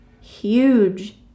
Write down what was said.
huge